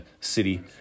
city